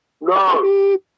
No